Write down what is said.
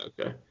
okay